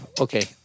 Okay